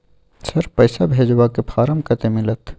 Sir, पैसा भेजबाक form कत्ते मिलत?